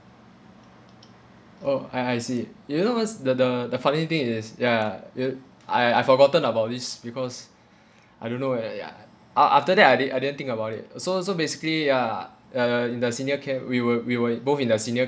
oh I I see you know what's the the the funny thing is ya you I I forgotten about this because I don't know ya a~ after that I didn't I didn't think about it uh so so basically ya uh in the senior camp we were we were both in the senior